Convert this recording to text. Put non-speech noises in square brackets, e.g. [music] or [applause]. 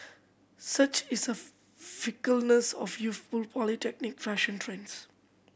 such is a [unintelligible] fickleness of youthful polytechnic fashion trends